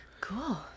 Cool